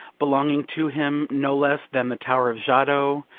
belong to him no less than the tower of giotto,